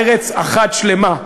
ארץ אחת שלמה,